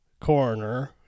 coroner